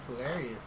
hilarious